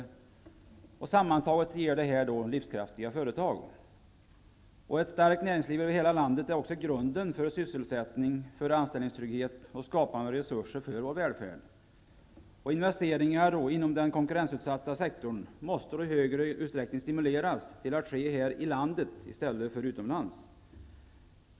Detta ger sammantaget livskraftiga företag. Ett starkt näringsliv över hela landet är grunden för sysselsättning, anställningstrygghet och skapande av resurser för vår välfärd. Investeringar inom den konkurrensutsatta sektorn måste i större utsträckning stimuleras att göras här i landet i stället för utomlands.